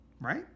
right